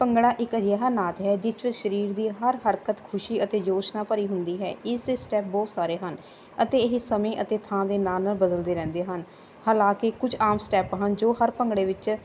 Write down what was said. ਭੰਗੜਾ ਇਕ ਅਜਿਹਾ ਨਾ ਸਰੀਰ ਦੀ ਹਰ ਹਰਕਤ ਖੁਸ਼ੀ ਅਤੇ ਜੋਸ਼ ਨਾਲ ਭਰੀ ਹੁੰਦੀ ਹੈ ਇਸੇ ਸਟੈਪ ਬਹੁਤ ਸਾਰੇ ਹਨ ਅਤੇ ਇਹ ਸਮੇਂ ਅਤੇ ਥਾਂ ਦੇ ਨਾਲ ਨਾਲ ਬਦਲਦੇ ਰਹਿੰਦੇ ਹਨ ਹਾਲਾਂਕਿ ਕੁਝ ਆਮ ਸਟੈਪ ਹਨ ਜੋ ਹਰ ਭੰਗੜੇ ਵਿੱਚ